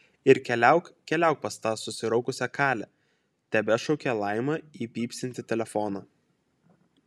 ir keliauk keliauk pas tą susiraukusią kalę tebešaukė laima į pypsintį telefoną